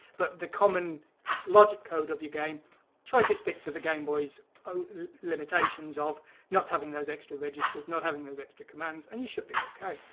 but the common logic code of your game try to stick to the gameboy's limitations of not having those extra registers. not having those extra commands and you should be okay.